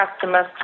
customers